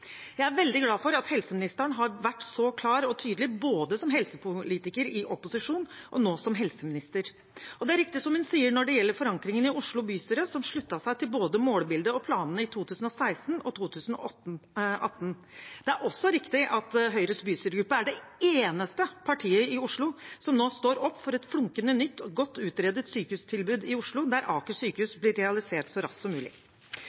Jeg er veldig glad for at helseministeren har vært så klar og tydelig, både som helsepolitiker i opposisjon og nå som helseminister. Det er riktig, som hun sier, når det gjelder forankringen i Oslo bystyre, som sluttet seg til både målbildet og planene i 2016 og 2018. Det er også riktig at Høyres bystyregruppe er det eneste partiet i Oslo som nå står opp for et flunkende nytt og godt utredet sykehustilbud i Oslo, der Aker sykehus blir realisert så raskt som mulig.